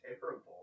terrible